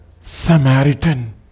Samaritan